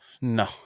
No